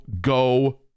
go